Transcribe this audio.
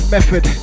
method